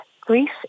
Grief